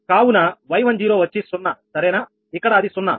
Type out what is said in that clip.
కనుక 𝑦10 వచ్చి 0 సరేనాఇక్కడ అది 0